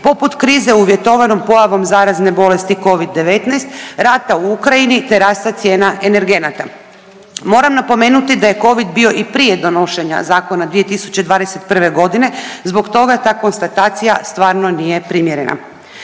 poput krize uvjetovanom pojavom zarazne bolesti covid-19, rata u Ukrajini te rasta cijena energenata. Moram napomenut da je covid bio i prije donošenja zakona 2021.g., zbog toga ta konstatacija stvarno nije primjerena.